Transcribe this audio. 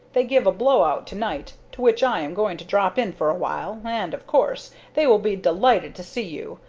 they give a blow-out to-night, to which i am going to drop in for a while, and, of course, they will be delighted to see you.